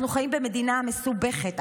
אנחנו חיים במדינה מסובכת.